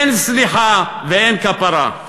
אין סליחה ואין כפרה.